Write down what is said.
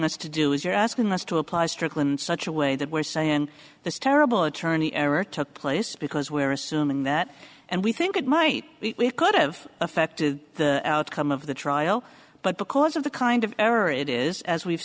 us to do is you're asking us to apply strickland such a way that we're saying this terrible attorney error took place because we're assuming that and we think it might could have affected the outcome of the trial but because of the kind of error it is as we've